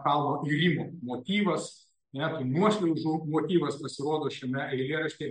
kalno irimo motyvas net nuošliaužų motyvas pasirodo šiame eilėraštyje